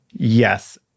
Yes